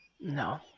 No